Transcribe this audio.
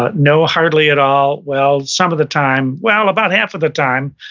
ah no hardly at all. well, some of the time, well, about half of the time,